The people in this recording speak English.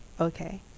okay